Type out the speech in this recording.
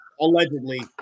Allegedly